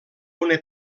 una